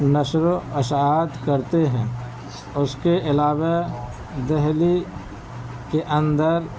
نشر و اشاعت کرتے ہیں اُس کے علاوہ دہلی کے اندر